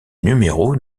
numéros